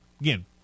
Again